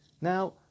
Now